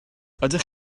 ydych